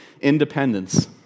independence